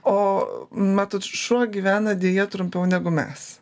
o matot šuo gyvena deja trumpiau negu mes